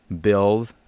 build